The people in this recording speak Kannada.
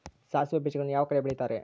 ಸಾಸಿವೆ ಬೇಜಗಳನ್ನ ಯಾವ ಕಡೆ ಬೆಳಿತಾರೆ?